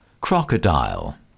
Crocodile